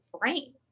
brain